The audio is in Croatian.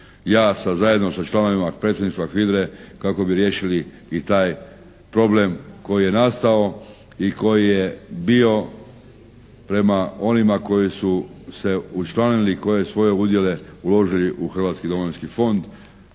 sa zajedno sa članovima Predsjedništva HVIDRA-e kako bi riješili i taj problem koji je nastao i koji je bio prema onima koji su se učlanili i koji svoje udjele uložili u Hrvatski domovinski fond.